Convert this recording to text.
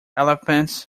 elephants